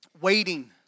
Waiting